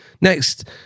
next